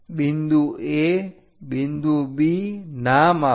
બિંદુ A બિંદુ B નામ આપો